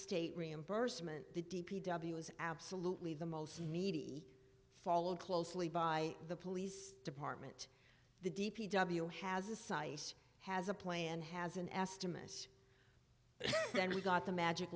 state reimbursement the d p w is absolutely the most needy followed closely by the police department the d p w has a site has a plan has an estimate then we got the magic